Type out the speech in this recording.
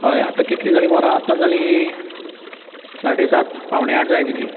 हय आतां कितलीं जालीं वरां आतां जालीं साडे सात पावणे आठ जायत येयलीं